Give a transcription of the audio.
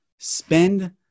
Spend